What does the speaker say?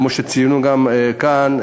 כמו שציינו כאן,